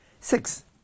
Six